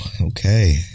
Okay